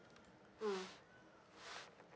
mm